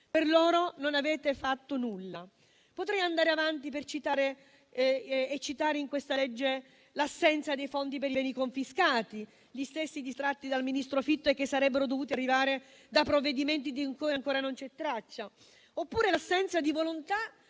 Per loro non avete fatto nulla. Potrei andare avanti e citare in questa manovra l'assenza dei fondi per i beni confiscati, gli stessi distratti dal ministro Fitto e che sarebbero dovuti arrivare da provvedimenti di cui ancora non c'è traccia, oppure l'assenza di volontà